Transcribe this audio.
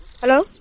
Hello